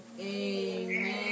Amen